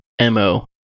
MO